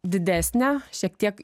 didesnę šiek tiek